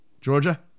Georgia